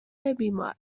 بیمار